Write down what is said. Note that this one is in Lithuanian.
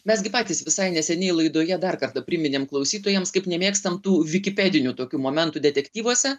mes gi patys visai neseniai laidoje dar kartą priminėm klausytojams kaip nemėgstam tų vikipedinių tokių momentų detektyvuose